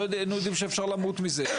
לא היינו יודעים שאפשר למות מזה.